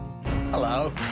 Hello